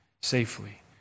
safely